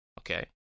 Okay